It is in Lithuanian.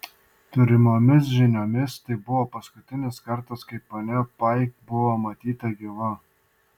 turimomis žiniomis tai buvo paskutinis kartas kai ponia paik buvo matyta gyva